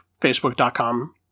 facebook.com